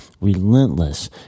relentless